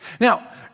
Now